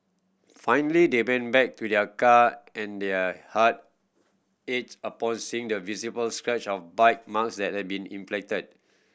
finally they went back to their car and their heart ached upon seeing the visible scratch of bite marks that had been inflicted